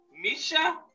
Misha